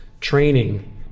training